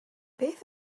beth